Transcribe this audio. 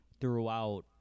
throughout